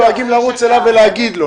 הייתם דואגים לרוץ אליו ולומר לו,